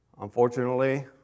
Unfortunately